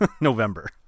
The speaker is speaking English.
November